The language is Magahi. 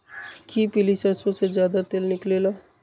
कि पीली सरसों से ज्यादा तेल निकले ला?